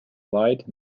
light